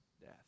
death